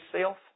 self